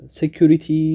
security